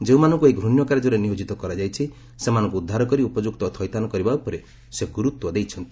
ଯେଉଁମାନଙ୍କୁ ଏହି ଘୃଣ୍ୟ କାର୍ଯ୍ୟରେ ନିୟୋଜିତ କରାଯାଇଛି ସେମାନଙ୍କୁ ଉଦ୍ଧାର କରି ଉପଯୁକ୍ତ ଥଇଥାନ୍ କରିବା ଉପରେ ସେ ଗୁରୁତ୍ୱ ଦେଇଛନ୍ତି